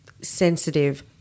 sensitive